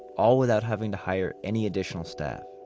all without having to hire any additional staff.